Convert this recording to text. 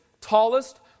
tallest